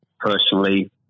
personally